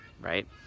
Right